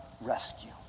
rescue